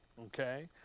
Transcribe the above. okay